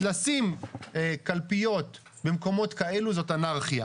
לשים קלפיות במקומות כאלו זאת אנרכיה.